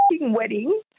wedding